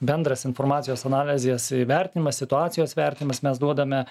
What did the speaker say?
bendras informacijos analizės įvertinimas situacijos vertinimas mes duodame